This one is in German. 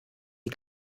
die